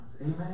amen